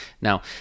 Now